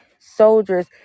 soldiers